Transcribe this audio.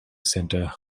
centre